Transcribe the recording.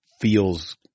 feels